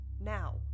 Now